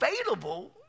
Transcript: available